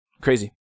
Crazy